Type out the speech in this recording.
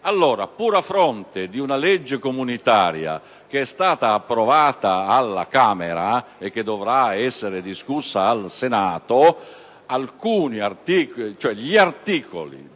allora, pur a fronte di una legge comunitaria approvata alla Camera, che dovrà essere discussa al Senato, gli articoli